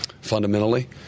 fundamentally